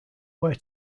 where